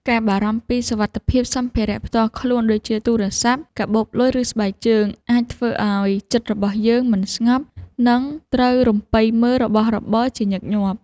ការបារម្ភពីសុវត្ថិភាពសម្ភារៈផ្ទាល់ខ្លួនដូចជា ទូរស័ព្ទ កាបូបលុយ ឬស្បែកជើង អាចធ្វើឱ្យចិត្តរបស់យើងមិនស្ងប់ និងត្រូវរំពៃមើលរបស់របរជាញឹកញាប់។